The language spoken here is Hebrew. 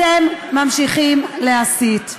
אתם ממשיכים להסית.